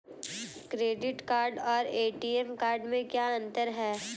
Credit card और ATM card में क्या अंतर है?